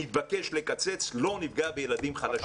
נתבקש לקצץ, לא נפגע בילדים חלשים.